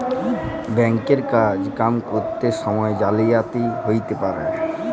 bank এর কাজ কাম ক্যরত সময়ে জালিয়াতি হ্যতে পারে